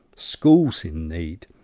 schools in need,